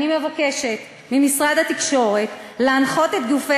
אני מבקשת ממשרד התקשורת להנחות את גופי